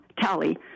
tally